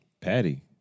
Patty